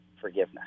forgiveness